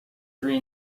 three